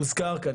הוזכר כאן,